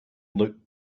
looked